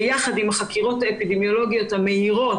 ביחד עם החקירות האפידמיולוגיות המהירות